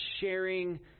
sharing